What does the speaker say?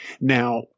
Now